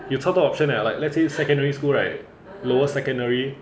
有超多 option leh like let's say secondary school right lower secondary